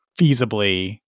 feasibly